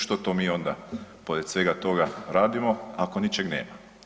Što to mi onda pored svega toga radimo ako ničeg nema?